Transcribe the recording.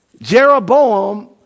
Jeroboam